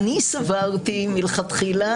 אני לא בטוח שאתה צודק.